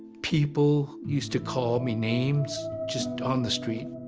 people used to call me names, just on the street,